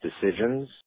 decisions